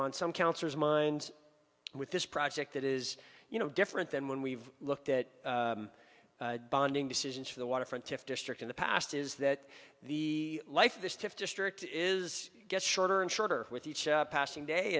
on some councils mind with this project that is you know different than when we've looked at bonding decisions for the waterfront to district in the past is that the life of this district is gets shorter and shorter with each passing day